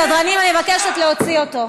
סדרנים, אני מבקשת להוציא אותו.